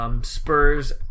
Spurs